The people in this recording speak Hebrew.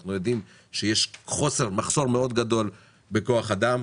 אנחנו יודעים שיש מחסור מאוד גדול בכוח אדם,